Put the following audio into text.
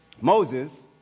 Moses